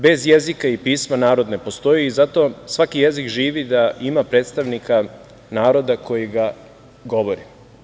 Bez jezika i pisma narod ne postoji i zato svaki jezik živi da ima predstavnika naroda koji ga govori.